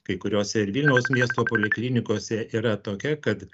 kai kuriose ir vilniaus miesto poliklinikose yra tokia kad